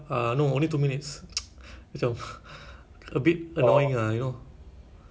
ah what is the maximum lah the so called maximum but I think